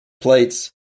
plates